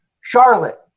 Charlotte